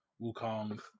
wukong